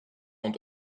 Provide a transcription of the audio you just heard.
und